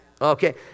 okay